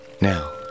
Now